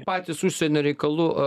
patys užsienio reikalų